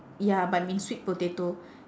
ya but in sweet potato